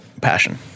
passion